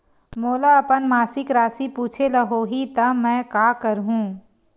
मोला अपन मासिक राशि पूछे ल होही त मैं का करहु?